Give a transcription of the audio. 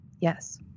Yes